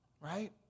right